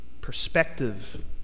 perspective